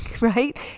right